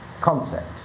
concept